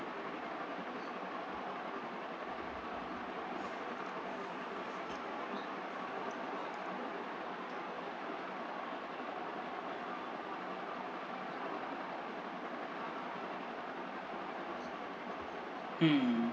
mm